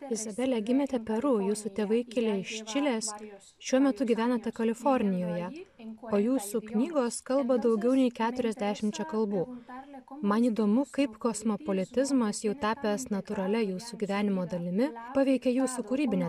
izabele gimėte peru jūsų tėvai kilę iš čilės šiuo metu gyvenate kalifornijoje ir kuo jūsų knygos kalba daugiau nei keturiasdešimčia kalbų man įdomu kaip kosmopolitizmas jau tapęs natūralia jūsų gyvenimo dalimi paveikė jūsų kūrybinę